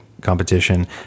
competition